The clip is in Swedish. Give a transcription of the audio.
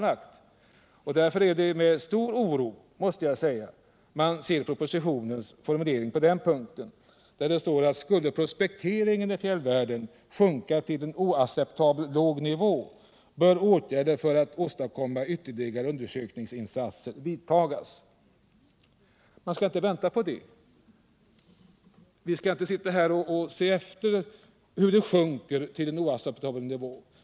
Mot den bakgrunden är det med stor oro man läser propositionens formulering på den punkten: ”Skulle prospekteringen i fjällvärlden sjunka till en oacceptabelt låg nivå bör åtgärder för att åstadkomma ytterligare undersökningsinsatser vidtagas.” Vi skall inte vänta på det. Vi skall inte sitta här och se hur prospekteringen sjunker till en oacceptabel nivå.